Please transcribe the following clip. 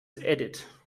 edith